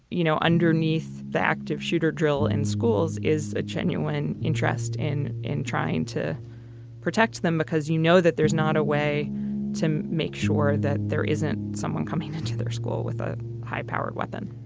you know, underneath the active shooter drill in schools is a genuine interest in in trying to protect them, because you know that there's not a way to make sure that there isn't someone coming into their school with a high powered weapon